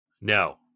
No